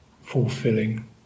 fulfilling